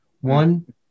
One